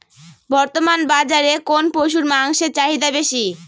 বর্তমান বাজারে কোন পশুর মাংসের চাহিদা বেশি?